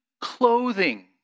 clothing